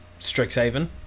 Strixhaven